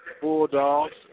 Bulldogs